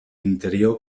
interior